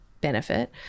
benefit